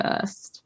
first